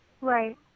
Right